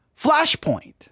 Flashpoint